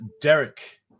Derek